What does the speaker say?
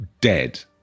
dead